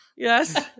Yes